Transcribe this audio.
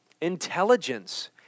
Intelligence